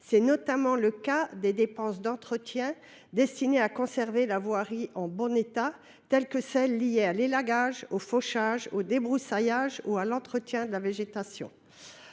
C’est notamment le cas des dépenses d’entretien destinées à conserver la voirie dans un bon état, telles que celles qui sont liées à l’élagage, au fauchage, au débroussaillage ou à l’entretien de la végétation.